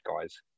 guys